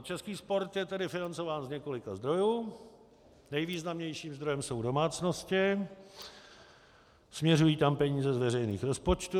Český sport je tedy financován z několika zdrojů, nejvýznamnějším zdrojem jsou domácnosti, směřují tam peníze z veřejných rozpočtů.